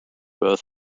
both